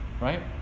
right